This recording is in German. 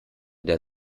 der